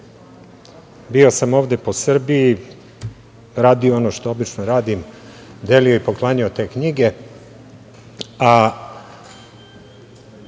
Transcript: bio sam ovde po Srbiji, radio ono što obično radim, delio i poklanjao te knjige.